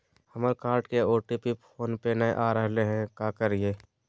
हमर कार्ड के OTP phone पे नई आ रहलई हई, का करयई?